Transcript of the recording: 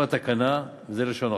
זו התקנה וזה לשון החוק.